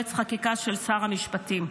יועץ חקיקה של שר המשפטים.